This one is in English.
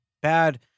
bad